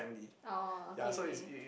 oh okay okay